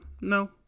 no